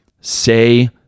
say